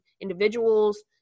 individuals